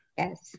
Yes